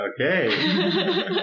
Okay